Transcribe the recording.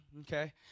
okay